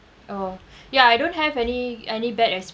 oh ya I don't have any any bad experience